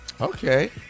Okay